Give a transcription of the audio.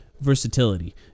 versatility